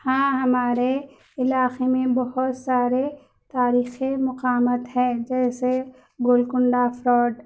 ہاں ہمارے علاقے میں بہت سارے تاریخی مقامات ہے جیسے گولکنڈہ فورٹ